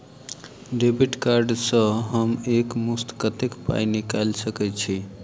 Debit card सँ हम एक मुस्त कत्तेक पाई निकाल सकय छी?